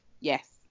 Yes